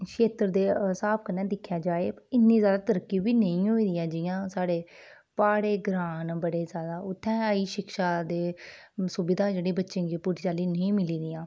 खेत्तर दे स्हाब कन्नै दिक्खेआ जा ते इन्नी ज्यादा तरक्की बी नेईं होई दी ऐ जि'यां साढे प्हाड़ें ग्रांए च शिक्षा दियां सुबिधां अजें पूरी तरह् नेईं मिली दियां